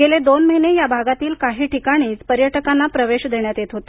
गेले दोन महिने या भागातील काही ठिकाणीच पर्यटकांना प्रवेश देण्यात येत होता